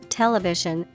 television